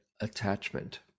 attachment